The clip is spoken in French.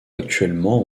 actuellement